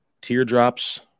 Teardrops